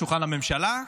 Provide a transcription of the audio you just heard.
שולחן הממשלה,